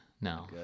No